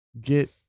get